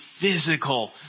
physical